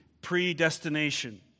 Predestination